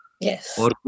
Yes